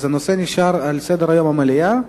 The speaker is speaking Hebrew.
אז הנושא נשאר בסדר-היום של המליאה.